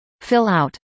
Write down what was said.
Fill-out